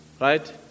Right